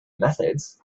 methods